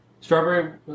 Strawberry